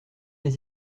des